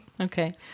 Okay